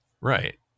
right